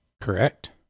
Correct